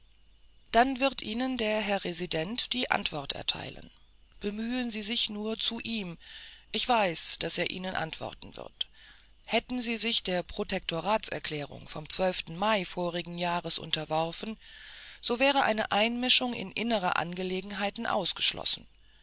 dann wird ihnen der herr resident die antwort erteilen bemühen sie sich nur zu ihm ich weiß was er ihnen antworten wird hätten sie sich der protektoratserklärung vom mai vorigen jahres unterworfen so wäre eine einmischung in innere angelegenheiten ausgeschlossen